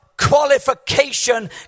qualification